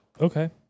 Okay